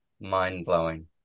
mind-blowing